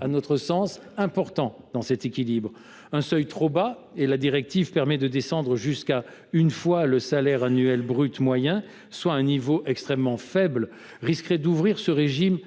un élément important de cet équilibre. Un seuil trop bas – je rappelle que la directive permet de descendre jusqu’à 1 fois le salaire annuel brut moyen, soit un niveau extrêmement faible – risquerait d’ouvrir ce régime,